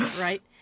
Right